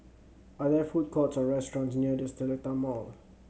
are there food courts or restaurants near The Seletar Mall